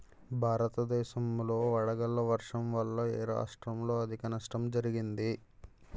భారతదేశం లో వడగళ్ల వర్షం వల్ల ఎ రాష్ట్రంలో అధిక నష్టం జరిగింది?